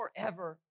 forever